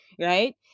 right